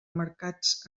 mercats